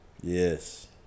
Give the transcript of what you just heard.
Yes